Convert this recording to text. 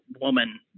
woman